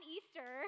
Easter